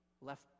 left